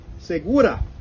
segura